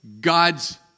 God's